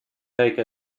take